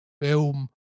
film